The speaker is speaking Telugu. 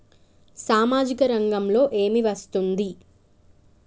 సామాజిక రంగంలో ఏమి వస్తుంది?